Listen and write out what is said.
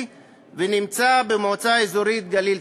כלשהו ונמצא במועצה האזורית גליל-תחתון.